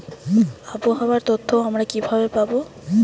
আবহাওয়ার তথ্য আমরা কিভাবে পাব?